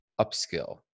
upskill